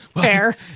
Fair